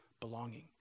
belonging